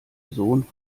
sohn